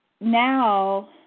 now